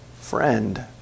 friend